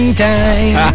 time